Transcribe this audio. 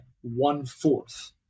one-fourth